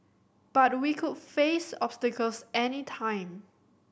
but we could face obstacles any time